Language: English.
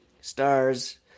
stars